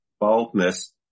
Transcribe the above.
boldness